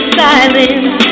silence